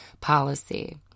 policy